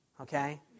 okay